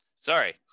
Sorry